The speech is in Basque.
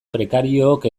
prekariook